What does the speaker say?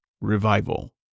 revival